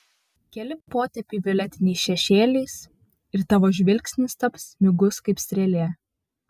keli potėpiai violetiniais šešėliais ir tavo žvilgsnis taps smigus kaip strėlė